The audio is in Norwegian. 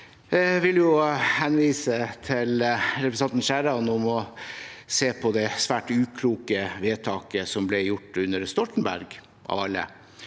Jeg vil anmode representanten Skjæran om å se på det svært ukloke vedtaket som ble gjort under Stoltenberg, av alle,